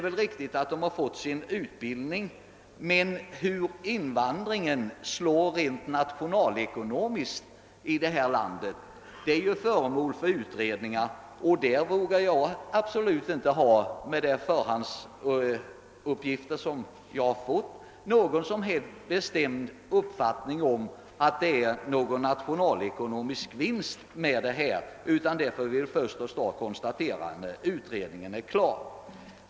Visst har de fått detta, men hur invandringen slår rent nationalekonomiskt i vårt land är föremål för utredning. Med de förhandsuppgifter jag har vågar jag inte hysa någon bestämd uppfattning om huruvida invandringen medför någon nationalekonomisk vinst. Det kan vi konstatera först när utredningen är klar.